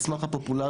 על סמך הפופולריות,